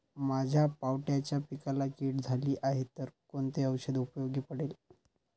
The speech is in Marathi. माझ्या पावट्याच्या पिकाला कीड झाली आहे तर कोणते औषध उपयोगी पडेल?